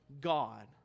God